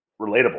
relatable